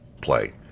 play